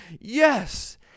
yes